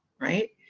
Right